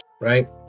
right